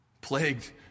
plagued